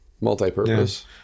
multi-purpose